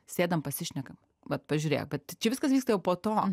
sėdam pasišnekam vat pažiūrėk bet čia viskas vyksta jau po to